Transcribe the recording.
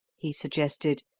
he suggested,